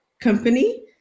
company